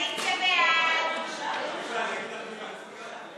חוק קיום דיונים בהיוועדות חזותית בהשתתפות עצורים,